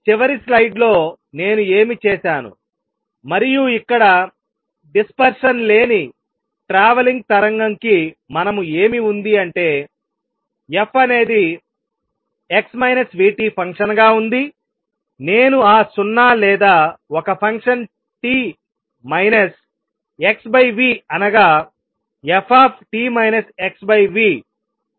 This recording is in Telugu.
చివరి స్లైడ్లో నేను ఏమి చేసాను మరియు ఇక్కడ డిస్పర్షన్ లేని ట్రావలింగ్ తరంగం కి మనకు ఏమి ఉంది అంటే f అనేది x v t ఫంక్షన్ గా ఉందినేను ఆ 0 లేదా ఒక function t minus x v అనగా f t x v